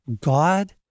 God